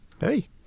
Hey